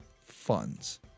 funds